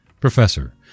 Professor